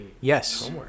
Yes